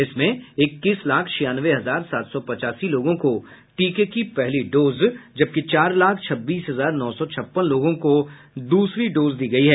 इसमें इक्कीस लाख छियानवे हजार सात सौ पचासी लोगों को टीके की पहली डोज जबकि चार लाख छब्बीस हजार नौ सौ छप्पन लोगों को दूसरी डोज दी गयी है